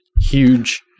huge